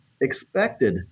expected